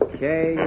Okay